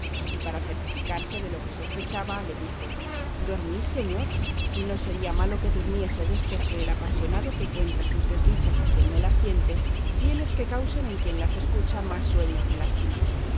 y para certificarse de lo que sospechaba le dijo dormís señor y no sería malo que durmiésedes porque el apasionado que cuenta sus desdichas a quien no las siente bien es que causen en quien las escucha más sueño que lástima